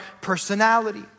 personality